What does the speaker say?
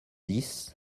dix